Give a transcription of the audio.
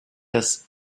das